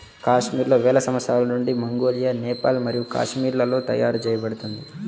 కాశ్మీర్ వేల సంవత్సరాల నుండి మంగోలియా, నేపాల్ మరియు కాశ్మీర్లలో తయారు చేయబడింది